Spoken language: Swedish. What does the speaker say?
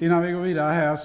Innan vi går vidare,